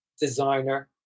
designer